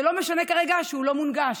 שלא משנה כרגע שהוא לא מונגש,